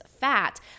fat